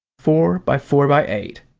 four by four by eight.